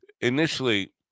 initially